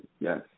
yes